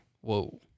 Whoa